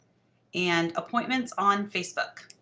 and appointments on facebook.